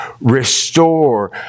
restore